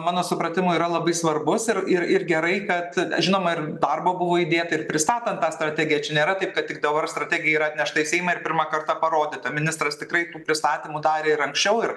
mano supratimu yra labai svarbus ir ir ir gerai kad žinoma ir darbo buvo įdėta ir pristatant tą strategiją čia nėra taip kad tik dabar strategija yra atnešta į seimą ir pirmą kartą parodyta ministras tikrai tų pristatymų darė ir anksčiau ir